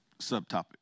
subtopic